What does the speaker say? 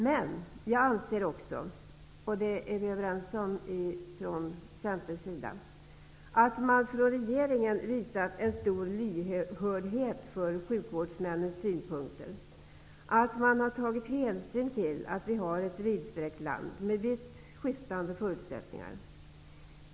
Men jag anser också, vilket vi är överens om från Centerns sida, att man från regeringen visat en stor lyhördhet för sjukvårdshuvudmännens synpunkter och att man har tagit hänsyn till att vi har ett vidsträckt land med vitt skiftande förutsättningar.